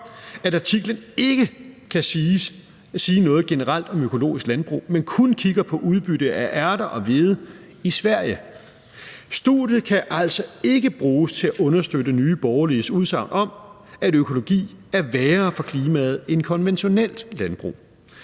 at artiklen ikke kan sige noget generelt om økologisk landbrug, men kun kigger på udbytte af ærter og hvede i Sverige. Studiet kan altså ikke bruges til at understøtte Nye Borgerliges udsagn om, at økologi er værre for klimaet end konventionelt landbrug.